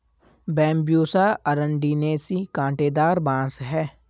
Bambusa अरंडिनेसी काँटेदार बाँस है